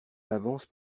l’avance